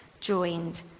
joined